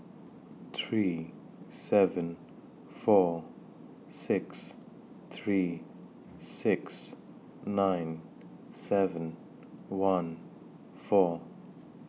three seven four six three six nine seven one four